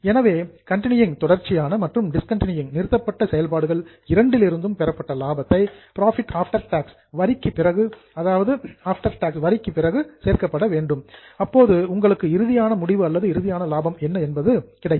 எனவே கண்டினியூங் தொடர்ச்சியான மற்றும் டிஸ்கண்டினியூங் நிறுத்தப்பட்ட செயல்பாடுகள் இரண்டிலிருந்தும் பெறப்பட்ட லாபத்தை ஆஃப்டர் டாக்ஸ் வரிக்குப் பிறகு சேர்க்கப்பட வேண்டும் அப்போது உங்களுக்கு இறுதியான முடிவு அல்லது இறுதியான லாபம் கிடைக்கும்